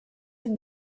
and